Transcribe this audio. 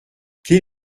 quel